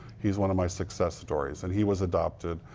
he's one of my success stories. and he was adopted,